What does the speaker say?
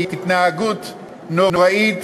היא התנהגות נוראית,